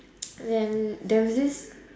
then there was this